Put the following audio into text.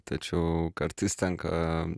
tačiau kartais tenka